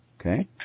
okay